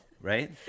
Right